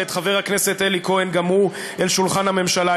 ואת חבר הכנסת אלי כהן, גם הוא, אל שולחן הממשלה.